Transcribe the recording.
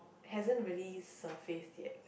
hasn't really surfaced yet